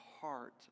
heart